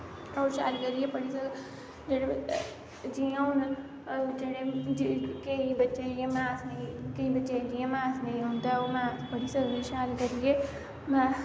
होर शैल करियै पढ़ी सकन जेह्ड़े जियां हून केंई बच्चे जियां मैथ नेंई केंई बच्चेंई मैथ नेंईं औंदा ऐ ओह् मैथ पढ़ी सकदे शैल करियै मैथ